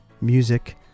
music